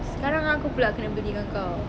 sekarang aku pulak kena belikan kau